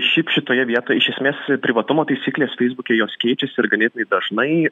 šiaip šitoje vietoj iš esmės privatumo taisyklės feisbuke jos keičiasi ir ganėtinai dažnai